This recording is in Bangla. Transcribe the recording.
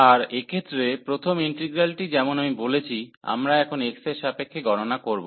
আর এক্ষেত্রে প্রথম ইন্টিগ্রালটি যেমন আমি বলেছি আমরা এখন x এর সাপেক্ষে গণনা করব